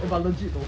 eh but legit though